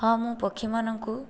ହଁ ମୁଁ ପକ୍ଷୀମାନଙ୍କୁ